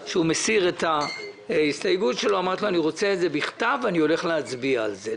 אמרתי לו שאני רוצה את זה בכתב ואני הולך להצביע על זה.